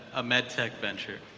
a medtech venture.